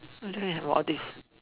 I don't have all these